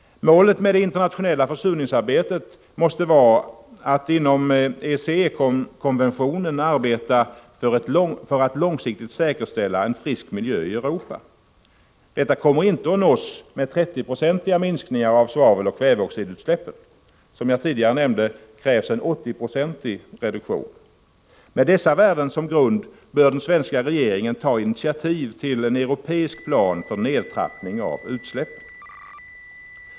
Målet med det internationella försurningsarbetet måste vara att inom ECE-konventionen arbeta för att långsiktigt säkerställa en frisk miljö i Europa. Detta kommer inte att nås med 30-procentiga minskningar av svaveloch kväveoxidutsläppen. Som jag tidigare nämnde krävs en 80 procentig reduktion. Med dessa värden som grund bör den svenska regeringen ta initiativ till en europeisk plan för nedtrappning av utsläppen.